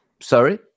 Sorry